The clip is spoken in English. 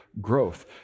growth